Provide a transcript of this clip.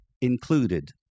included